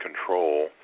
control